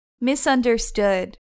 misunderstood